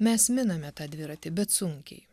mes miname tą dviratį bet sunkiai